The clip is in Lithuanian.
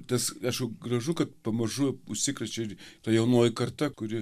tas aišku gražu kad pamažu užsikrečia ir ta jaunoji karta kuri